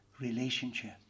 relationship